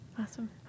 Awesome